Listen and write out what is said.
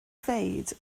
ddweud